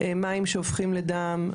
מים שהופכים לדם,